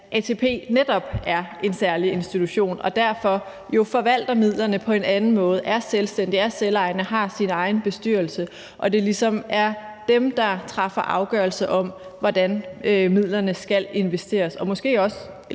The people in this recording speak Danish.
ATP netop er en særlig institution og derfor jo forvalter midlerne på en anden måde. ATP er selvstændig, er selvejende og har sin egen bestyrelse, og det er ligesom dem, der træffer afgørelse om, hvordan midlerne skal investeres, og også gør det